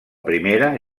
primera